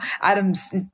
Adam's